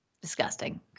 Disgusting